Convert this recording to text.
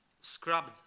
scrubbed